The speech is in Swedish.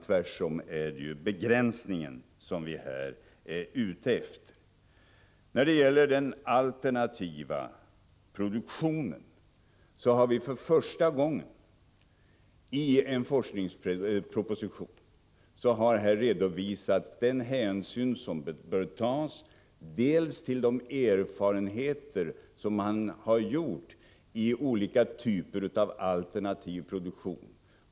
Tvärtom är det en begränsning som vi är ute efter. När det gäller den alternativa produktionen har det första gången i en forskningsproposition redovisats den hänsyn som bör tas till de erfarenheter som har gjorts av olika typer av alternativ produktion.